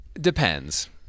depends